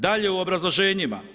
Dalje, u obrazloženjima.